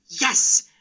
Yes